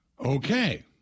Okay